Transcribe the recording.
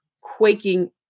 quaking